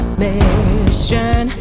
mission